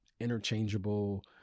interchangeable